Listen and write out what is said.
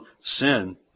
sin